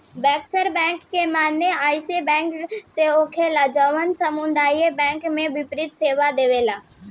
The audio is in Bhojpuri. बैंकर्स बैंक के माने अइसन बैंक से होखेला जवन सामुदायिक बैंक के वित्तीय सेवा देला